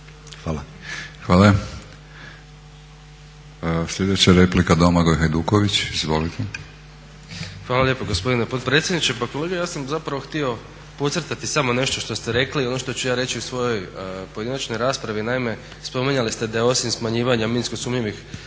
(HNS)** Hvala. Sljedeća replika Domagoj Hajduković, izvolite. **Hajduković, Domagoj (SDP)** Hvala lijepo gospodine potpredsjedniče. Pa kolega ja sam zapravo htio podcrtati samo nešto što ste rekli i ono što ću ja reći u svojoj pojedinačnoj raspravi. Naime, spominjali ste da je osim smanjivanja minsko sumnjivih